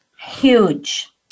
Huge